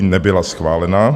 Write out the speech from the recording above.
Nebyla schválena.